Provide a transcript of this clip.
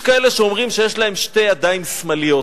יש כאלה שאומרים שיש להם שתי ידיים שמאליות.